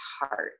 heart